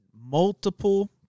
multiple